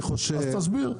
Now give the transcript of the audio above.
אז תסביר.